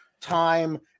time